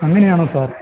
അങ്ങനെയാണോ സാർ